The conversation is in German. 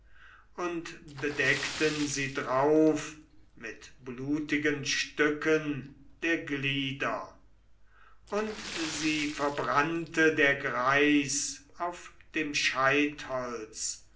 und bedeckten sie drauf mit blutigen stücken der glieder und sie verbrannte der greis auf dem